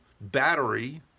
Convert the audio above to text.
battery